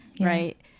Right